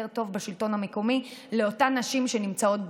טוב בשלטון המקומי לאותן נשים שנמצאות במצוקה.